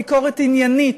ביקורת עניינית,